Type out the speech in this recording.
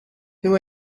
who